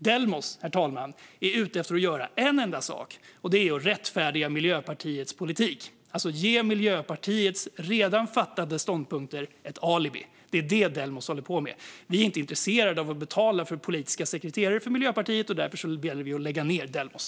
Delmos är ute efter att göra en enda sak, och det är att rättfärdiga Miljöpartiets politik, alltså ge Miljöpartiets redan fattade ståndpunkter ett alibi. Det är detta Delmos håller på med. Vi är inte intresserade av att betala för politiska sekreterare för Miljöpartiet, och därför vill vi lägga ned Delmos.